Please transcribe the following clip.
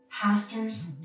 pastors